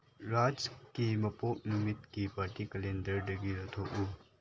ꯔꯥꯖꯀꯤ ꯃꯄꯣꯛ ꯅꯨꯃꯤꯠꯀꯤ ꯄꯥꯔꯇꯤ ꯀꯦꯂꯦꯟꯗꯔꯗꯒꯤ ꯂꯧꯊꯣꯛꯎ